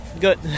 good